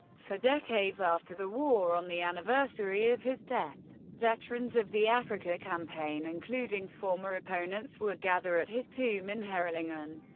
for decades after the war on the anniversary of his death, veterans of the africa campaign, including former opponents, would gather at his tomb in herrlingen.